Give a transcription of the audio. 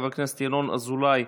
חבר הכנסת ינון אזולאי,